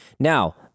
Now